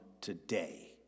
today